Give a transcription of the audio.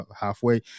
halfway